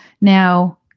Now